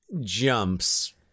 jumps